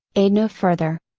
aid no further.